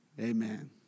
Amen